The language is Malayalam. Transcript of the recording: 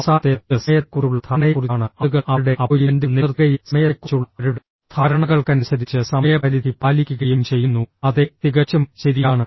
അവസാനത്തേത് ഇത് സമയത്തെക്കുറിച്ചുള്ള ധാരണയെക്കുറിച്ചാണ് ആളുകൾ അവരുടെ അപ്പോയിന്റ്മെന്റുകൾ നിലനിർത്തുകയും സമയത്തെക്കുറിച്ചുള്ള അവരുടെ ധാരണകൾക്കനുസരിച്ച് സമയപരിധി പാലിക്കുകയും ചെയ്യുന്നു അതെ തികച്ചും ശരിയാണ്